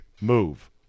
move